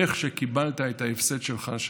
איך שקיבלת את ההפסד שלך שם,